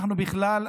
אנחנו בכלל,